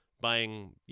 buying